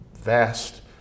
vast